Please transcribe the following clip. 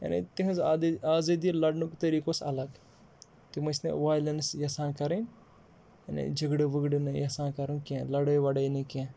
یعنی تِہٕنٛز آزٲدی لَڑنُک طریٖقہٕ اوس الگ تِم ٲسۍ نہٕ وایلٮ۪نٕس یَژھان کَرٕنۍ یعنی جَگڑٕ وَگڑٕ نہٕ یَژھان کَرُن کینٛہہ لَڑٲے وَڑٲے نہٕ کینٛہہ